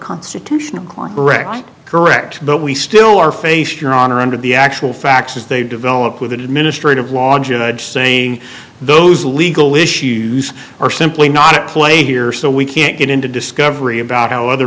constitutional client correct but we still are faced your honor under the actual facts as they develop with administrative law judge saying those legal issues are simply not play here so we can't get into discovery about how other